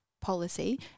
policy